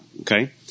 Okay